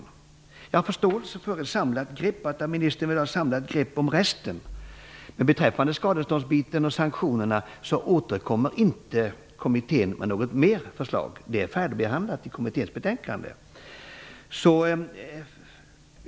Jag har förståelse för att ministern vill ha ett samlat grepp om resten. Men kommittén återkommer inte med fler förslag beträffande skadestånd och sanktioner. De frågorna är färdigbehandlade i kommitténs betänkande.